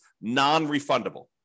non-refundable